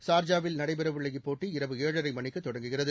ஷா்ஜாவில் நடைபெற உள்ள இப்போட்டி இரவு ஏழரை மணிக்கு தொடங்குகிறது